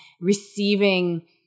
receiving